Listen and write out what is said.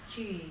去